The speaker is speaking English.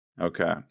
Okay